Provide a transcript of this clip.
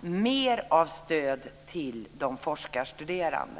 mer av stöd till de forskarstuderande.